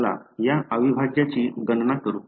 चला या अविभाज्यची गणना करू